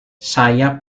saya